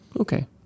Okay